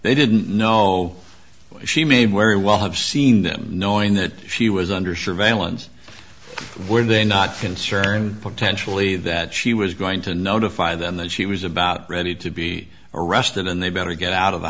they didn't know she made where we will have seen them knowing that she was under surveillance were they not concerned potentially that she was going to notify them that she was about ready to be arrested and they better get out of the